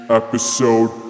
episode